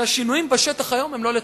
שהשינויים בשטח היום הם לא לטובתנו.